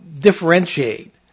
differentiate